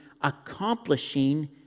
accomplishing